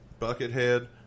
Buckethead